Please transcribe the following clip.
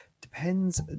Depends